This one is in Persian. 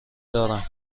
دارم